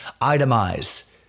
itemize